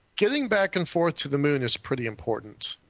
getting back and forth to the moon is pretty important.